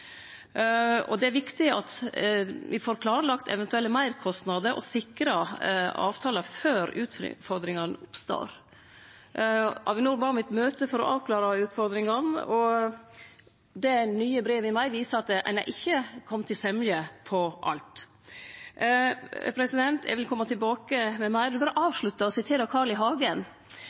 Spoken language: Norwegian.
Det er viktig at me får klarlagt eventuelle meirkostnader og sikra avtalar før utfordringane oppstår. Avinor bad om eit møte for å avklare utfordringane. Det nye brevet frå mai viser at ein ikkje er komen fram til semje om alt. Eg vil kome tilbake med meir. Eg vil avslutte med berre å sitere Carl I. Hagen,